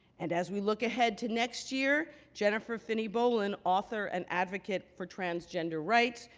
and as we look ahead to next year, jennifer finney boylan, author and advocate for transgender rights,